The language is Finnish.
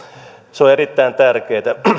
se on on erittäin tärkeätä